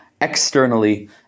externally